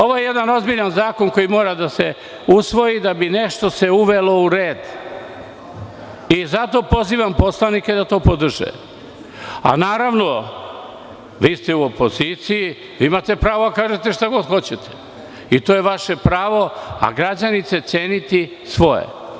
Ovo je jedan ozbiljan zakon koji mora da se usvoji da bi se nešto uvelo u red i zato pozivam poslanike da to podrže, a naravno, vi ste u opoziciji, imate pravo da kažete šta god hoćete i to je vaše pravo a građani će ceniti svoje.